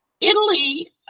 Italy